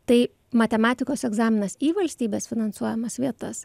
tai matematikos egzaminas į valstybės finansuojamas vietas